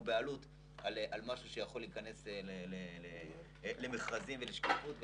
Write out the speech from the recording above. בעלות על משהו שיכול להיכנס למכרזים ולשקיפות.